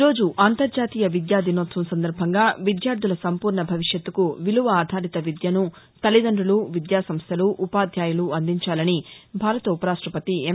ఈరోజు అంతర్జాతీయ విద్యా దినోత్సవం సందర్బంగా విద్యార్దుల సంపూర్ణ భవిష్యత్కు విలువ ఆధారిత విద్యను తల్లిదండ్రులు విద్యాసంస్లు ఉపాధ్యాయులు అందించాలని భారత ఉపరాష్టపతి ఎం